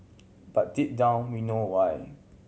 but deep down we know why